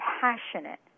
passionate